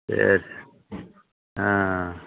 சரி ஆ